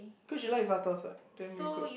cause you like Vatos what then we could